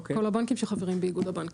כל הבנקים שחברים באיגוד הבנקים.